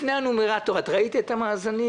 לפני הנומרטור, את ראית את המאזנים?